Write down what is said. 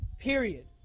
Period